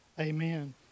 Amen